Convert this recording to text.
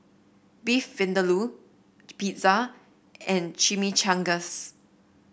Beef Vindaloo Pizza and Chimichangas